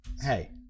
hey